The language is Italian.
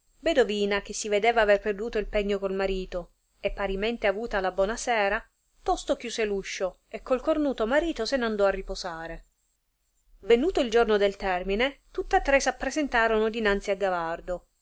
bedovina che si vedeva aver perduto il pegno col marito e parimente avuta la bona sera tosto chiuse l uscio e col cornuto marito se n andò a riposare venuto il giorno del termine tutta tre s'appresentarono dinanzi a gavardo